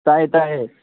ꯇꯥꯏꯌꯦ ꯇꯥꯏꯌꯦ